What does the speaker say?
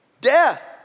death